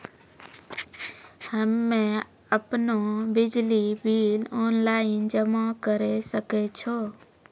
हम्मे आपनौ बिजली बिल ऑनलाइन जमा करै सकै छौ?